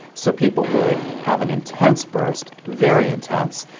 so people would have an intense burst, very intense,